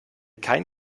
kein